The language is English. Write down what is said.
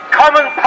common